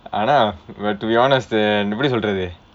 ஆனால்:aanal but to be honest uh எப்படி சொல்றது:eppadi solrathu